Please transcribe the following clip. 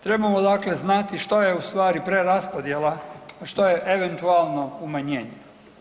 Trebamo dakle znati što je ustvari preraspodjela, a što je eventualno umanjenje.